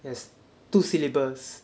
has two syllables